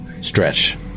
Stretch